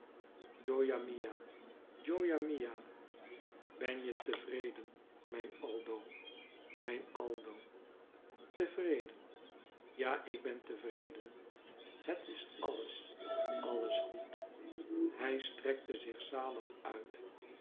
gioja mia gioja mia benje tevreden mijn aldo mijn aldo tevreden ja ik ben tevreden het is alles alles goed hij strekte zich zalig uit